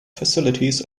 facilities